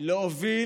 להוביל